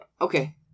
Okay